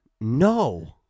No